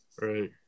Right